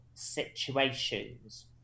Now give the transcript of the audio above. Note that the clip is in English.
situations